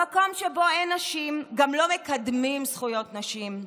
במקום שבו אין נשים גם לא מקדמים זכויות נשים,